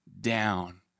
down